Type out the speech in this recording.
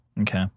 Okay